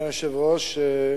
אדוני היושב-ראש,